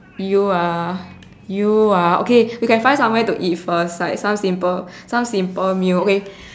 you ah you ah okay we can find some where to eat first like some simple some simple meal okay